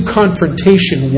confrontation